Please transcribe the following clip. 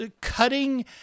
cutting